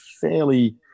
fairly